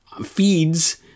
feeds